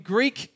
Greek